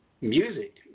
music